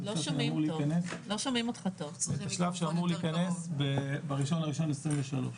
ויש שלב שאמור להיכנס ב-1.1.23.